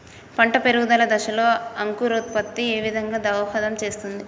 పంట పెరుగుదల దశలో అంకురోత్ఫత్తి ఏ విధంగా దోహదం చేస్తుంది?